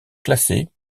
classé